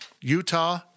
Utah